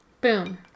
Boom